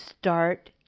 Start